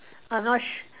I'm not sh~